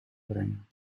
brengen